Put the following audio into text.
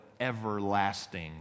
everlasting